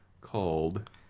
called